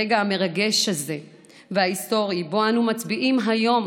הרגע המרגש וההיסטורי הזה שבו אנו מצביעים היום